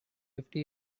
fifty